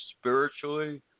spiritually